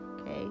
okay